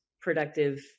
productive